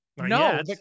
No